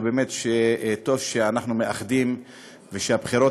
ובאמת טוב שאנחנו מאחדים ושהבחירות